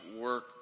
work